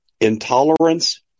Intolerance